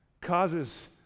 causes